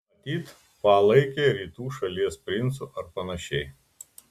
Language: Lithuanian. matyt palaikė rytų šalies princu ar panašiai